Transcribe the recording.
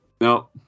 No